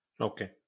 Okay